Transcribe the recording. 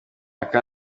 aka